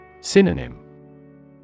Synonym